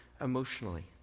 emotionally